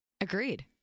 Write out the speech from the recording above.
Agreed